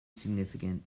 significant